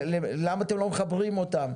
למה אתם לא מחברים אותם?